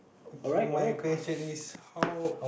okay my question is how